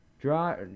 draw